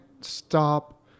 stop